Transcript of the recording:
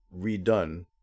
redone